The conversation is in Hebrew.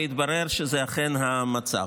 והתברר שזה אכן המצב.